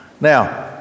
Now